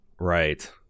right